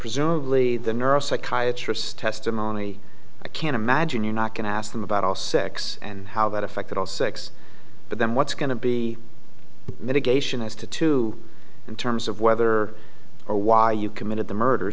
presumably the neuropsychiatrist testimony i can't imagine you're not going to ask them about all six and how that affected all six of them what's going to be mitigation as to two in terms of whether or why you committed the murder